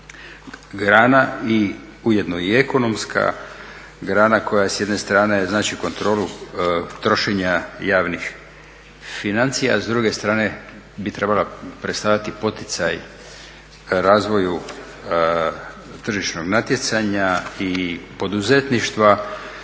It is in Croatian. grana i ujedno i ekonomska grana koja s jedne strane znači kontrolu trošenja javnih financija, s druge strane bi trebala predstavljati poticaj razvoju tržišnog natjecanja i poduzetništva